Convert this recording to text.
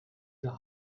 the